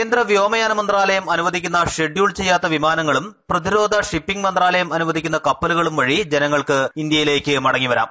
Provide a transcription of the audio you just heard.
കേന്ദ്ര വ്യോമയാന മന്ത്രാലയം അനുവദിക്കുന്ന ഷെഡ്യൂൾ ചെയ്യാത്ത വിമാനങ്ങളും പ്രതിരോധഷിപ്പിംഗ് മന്ത്രാലയം അനുവദിക്കുന്ന കപ്പലുകളും വഴി ജനങ്ങൾക്ക് ഇന്ത്യയിലേക്ക് മടങ്ങി വരാം